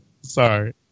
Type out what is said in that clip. sorry